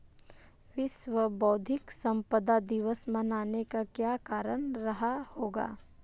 विश्व बौद्धिक संपदा दिवस मनाने का क्या कारण रहा होगा?